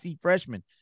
freshman